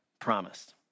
promised